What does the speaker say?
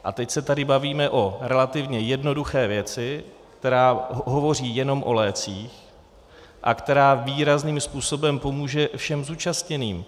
A teď se tady bavíme o relativně jednoduché věci, která hovoří jenom o lécích a která výrazným způsobem pomůže všem zúčastněným.